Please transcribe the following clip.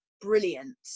brilliant